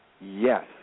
yes